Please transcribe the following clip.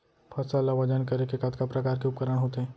फसल ला वजन करे के कतका प्रकार के उपकरण होथे?